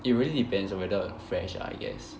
it really depends on whether fresh ah I guess